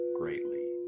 greatly